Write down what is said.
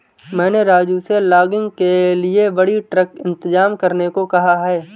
मैंने राजू से लॉगिंग के लिए बड़ी ट्रक इंतजाम करने को कहा है